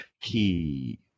key